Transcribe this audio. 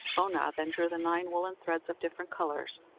oonagh then drew the nine woollen threads of different colours,